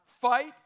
Fight